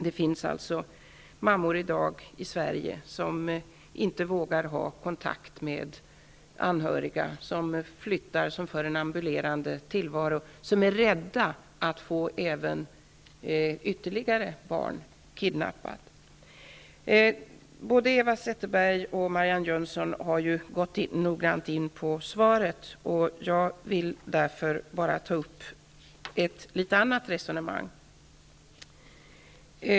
Det finns mammor i dag i Sverige som inte vågar ha kontakt med anhöriga, de för en ambulerande tillvaro och de är rädda att få ytterligare barn kidnappade. Både Eva Zetterberg och Marianne Jönsson har noga diskuterat svaret. Jag vill därför ta upp ett annat resonemang.